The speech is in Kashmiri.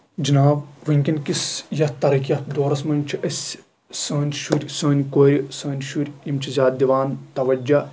جِناب وُنکیٚن کِس یَتھ ترقی یافتہٕ دورَس منٛز چھِ أسۍ سٲنۍ شُرۍ سٲنۍ کورِ سٲنۍ شرۍ یِم چھِ زیادٕ دِوان تَوجہہ